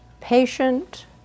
patient